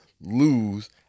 lose